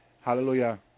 Hallelujah